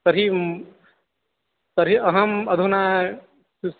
तर्हि मम तर्हि अहम् अधुना